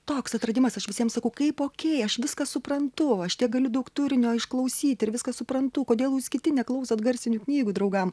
toks atradimas aš visiems sakau kaip okei aš viską suprantu aš tiek galiu daug turinio išklausyti ir viską suprantu kodėl jūs kiti neklausot garsinių knygų draugam